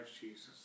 Jesus